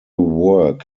work